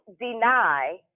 deny